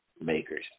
makers